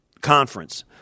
conference